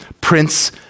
Prince